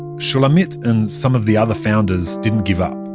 shulamit and some of the other founders didn't give up.